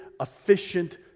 efficient